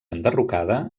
enderrocada